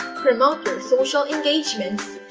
promote your social engagements,